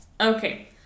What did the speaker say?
Okay